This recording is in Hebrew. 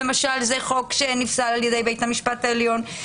זה חוק שנפסל על ידי בית המשפט העליון.